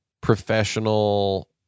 professional